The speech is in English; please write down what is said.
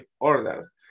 orders